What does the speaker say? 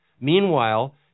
Meanwhile